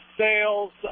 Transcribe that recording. sales